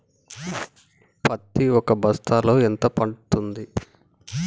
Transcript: పత్తి ఒక బస్తాలో ఎంత పడ్తుంది?